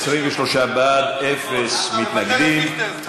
23 בעד, אפס מתנגדים.